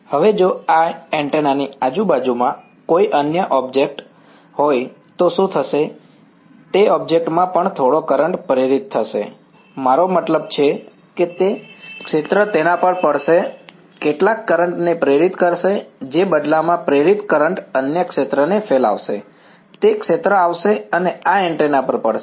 હવે જો આ એન્ટેના ની આજુબાજુમાં કોઈ અન્ય ઑબ્જેક્ટ હોય તો શું થશે તે ઑબ્જેક્ટ માં પણ થોડો કરંટ પ્રેરિત હશે મારો મતલબ છે કે ક્ષેત્ર તેના પર પડશે કેટલાક કરંટ ને પ્રેરિત કરશે જે બદલામાં પ્રેરિત કરંટ અન્ય ક્ષેત્રને ફેલાવશે તે ક્ષેત્ર આવશે અને આ એન્ટેના પર પડશે